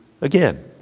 again